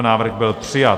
Návrh byl přijat.